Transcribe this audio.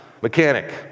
mechanic